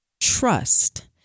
trust